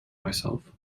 myself